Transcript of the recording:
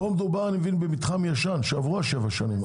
פה אני מבין שמדובר במתחם ישן שעברו השבע שנים,